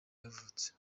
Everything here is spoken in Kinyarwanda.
yavutse